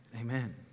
amen